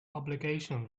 obligation